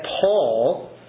Paul